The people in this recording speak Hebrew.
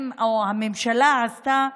או שהממשלה עשתה,